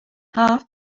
half